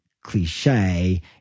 cliche